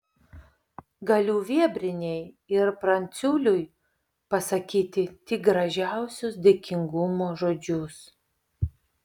galiu vėbrienei ir pranciuliui pasakyti tik gražiausius dėkingumo žodžius